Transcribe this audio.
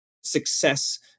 success